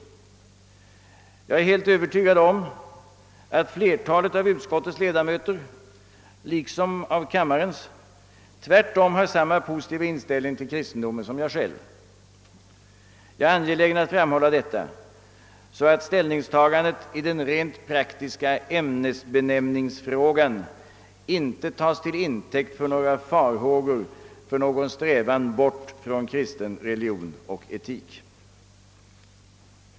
Jag är helt övertygad om att flertalet av utskottets och även kammarens ledamöter tvärtom har samma positiva inställning till kristendomen som jag själv. Jag är angelägen om att framhålla detta, så att ställningstagandet i den rent praktiska ämnesbenämningsfrågan inte ger anledning till farhågor för någon strävan bort från kristen religion och etik.